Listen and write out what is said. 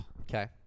Okay